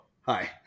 Hi